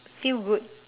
feel good